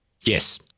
Yes